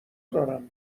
دارم